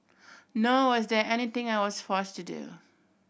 nor was there anything I was forced to do